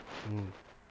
mm